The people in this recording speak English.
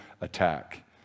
attack